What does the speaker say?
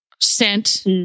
Scent